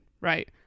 right